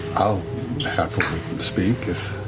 i'll happily speak if.